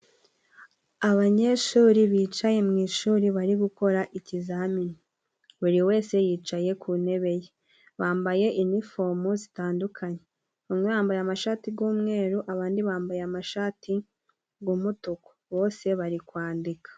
Abanyeshuri bicaye mu ishuri bari gukora ikizamini buri wese yicaye ku ntebe ye bambaye inifomo zitandukanye, bamwe bambaye amashati g'umweru ,abandi bambaye amashati g'umutuku ,bose bari kwandika.